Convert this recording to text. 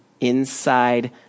inside